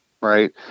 right